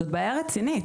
זאת בעיה רצינית.